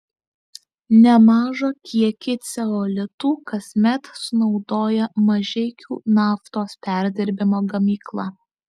nemažą kiekį ceolitų kasmet sunaudoja mažeikių naftos perdirbimo gamykla